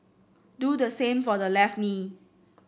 do the same for the left knee